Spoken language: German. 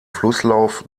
flusslauf